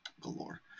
galore